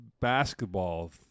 basketball